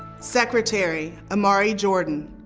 secretary, imari jordan.